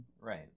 right